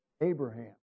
Abraham